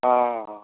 और